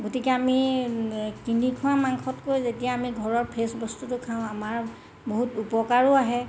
গতিকে আমি কিনি খোৱা মাংসতকৈ যেতিয়া আমি ঘৰৰ ফেচ বস্তুটো খাওঁ আমাৰ বহুত উপকাৰো আহে